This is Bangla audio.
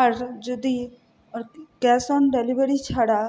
আর যদি ক্যাশ অন ডেলিভারি ছাড়া